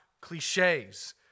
cliches